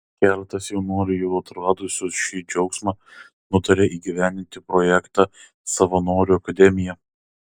keletas jaunuolių jau atradusių šį džiaugsmą nutarė įgyvendinti projektą savanorių akademija